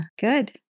Good